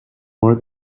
more